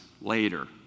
later